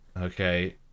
Okay